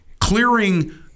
clearing